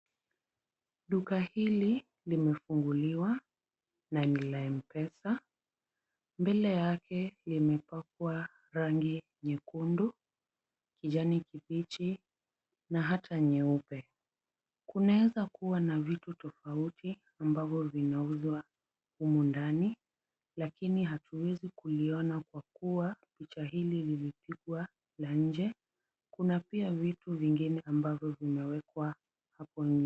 Duka hili limefunguliwa, na ni la m-pesa. Mbele yake limepakwa rangi nyekundu, kijani kibichi na hata nyeupe. Kunaeza kuwa na vitu tofauti ambavyo vinauzwa humu ndani lakini hatuwezi kuliona kwa kuwa picha hili limepigwa na nje. Kuna pia vitu vingine ambavyo vimewekwa hapo nje.